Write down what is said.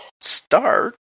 start